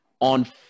on